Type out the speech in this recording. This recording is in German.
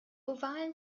ovalen